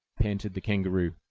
panted the kangaroo,